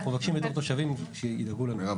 אנחנו מבקשים בתור תושבים שידאגו לנו.